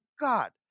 God